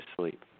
sleep